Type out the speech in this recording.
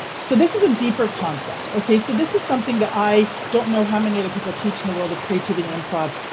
so this is a deeper concept. ok so this is something that i don't know. how many other people teach in the world of creativity improv.